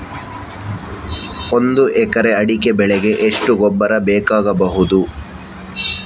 ಒಂದು ಎಕರೆ ಅಡಿಕೆ ಬೆಳೆಗೆ ಎಷ್ಟು ಗೊಬ್ಬರ ಬೇಕಾಗಬಹುದು?